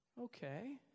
Okay